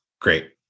great